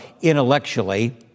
intellectually